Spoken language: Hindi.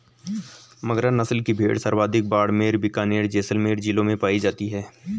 मगरा नस्ल की भेड़ सर्वाधिक बाड़मेर, बीकानेर, जैसलमेर जिलों में पाई जाती है